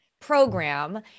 program